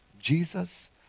Jesus